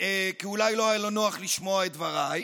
כי אולי לא היה לו נוח לשמוע את דבריי,